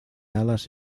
alas